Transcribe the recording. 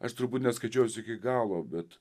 aš turbūt neskaičiuosiu iki galo bet